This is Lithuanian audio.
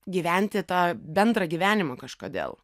gyventi tą bendrą gyvenimą kažkodėl